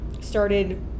started